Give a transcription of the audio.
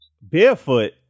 Barefoot